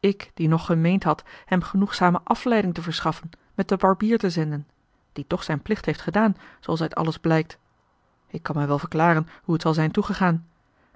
ik die nog gemeend had hem genoegzame afleiding te verschaffen met den barbier te zenden die toch zijn plicht heeft gedaan zooals uit alles blijkt ik kan mij wel verklaren hoe het zal zijn toegegaan